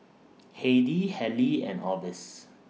Heidy Halie and Orvis